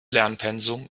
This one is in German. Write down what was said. lernpensum